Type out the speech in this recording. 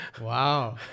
Wow